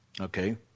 Okay